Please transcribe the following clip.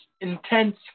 intense